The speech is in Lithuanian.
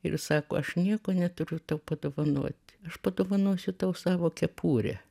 ir sako aš nieko neturiu tau padovanot aš padovanosiu tau savo kepurę